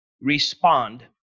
respond